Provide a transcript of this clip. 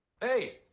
Hey